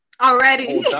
Already